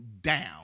down